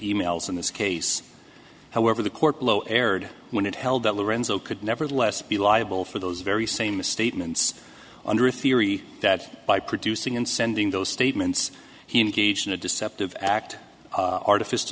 e mails in this case however the court below erred when it held that lorenzo could nevertheless be liable for those very same misstatements under a theory that by producing and sending those statements he engaged in a deceptive act artific